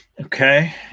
Okay